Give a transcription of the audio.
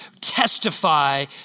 testify